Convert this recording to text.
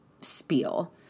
spiel